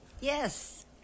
Yes